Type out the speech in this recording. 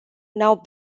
now